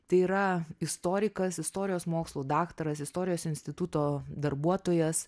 tai yra istorikas istorijos mokslų daktaras istorijos instituto darbuotojas